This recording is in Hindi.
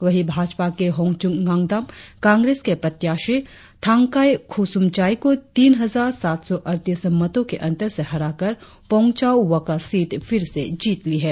वहीं भाजपा के होनच्रंग डाग्डम कांग्रेस के प्रत्याशी थांगकाई खुसुमचाई को तीन हजार सात सौ अड़तीस मतों के अंतर से हराकर पोंगचाउ वक्का सीट फिर से जीत ली है